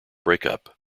breakup